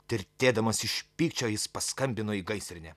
tirtėdamas iš pykčio jis paskambino į gaisrinę